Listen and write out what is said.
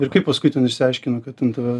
ir kaip paskui ten išsiaiškino kad ten tave